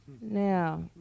Now